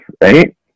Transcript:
right